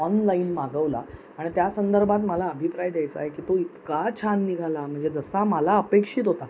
online मागवला आणि त्या संदर्भात मला अभिप्राय द्यायचा आहे की तो इतका छान निघाला म्हणजे जसा मला अपेक्षित होता